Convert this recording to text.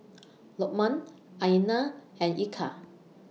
Lokman Aina and Eka